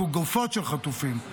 גופות של חטופים,